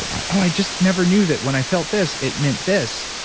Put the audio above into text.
i just never knew that when i felt this, it meant this.